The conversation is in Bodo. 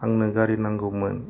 आंनो गारि नांगौमोन